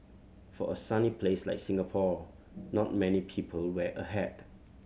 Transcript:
for a sunny place like Singapore not many people wear a hat